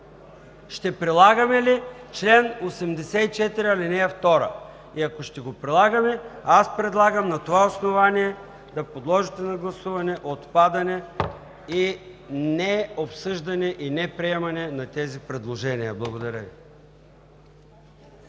ще прилагаме ли чл. 84, ал. 2? Ако ще го прилагаме, аз предлагам на това основание да подложите на гласуване отпадане, необсъждане и неприемане на тези предложения. Благодаря Ви.